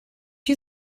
you